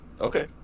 Okay